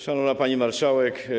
Szanowna Pani Marszałek!